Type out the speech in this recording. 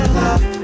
love